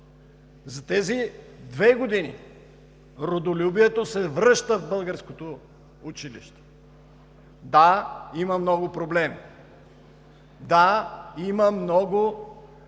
За тези две години родолюбието се връща в българското училище. Да, има много проблеми. Да, има много неща